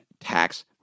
tax